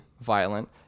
violent